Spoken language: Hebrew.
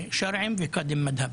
קאדים שרעיים וקאדים מד'הב.